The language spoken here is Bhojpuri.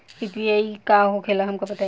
यू.पी.आई का होखेला हमका बताई?